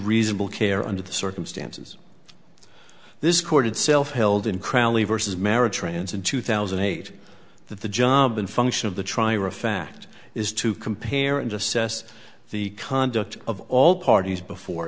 reasonable care under the circumstances this court itself held in crowley vs marriage trends in two thousand and eight that the job in function of the trial or a fact is to compare and assess the conduct of all parties before